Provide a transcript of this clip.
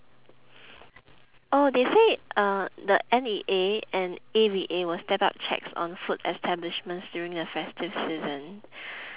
oh they said uh the N_E_A and A_V_A will step up checks on food establishments during the festive season